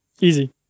Easy